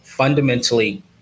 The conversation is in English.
fundamentally